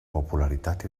popularitat